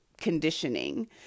conditioning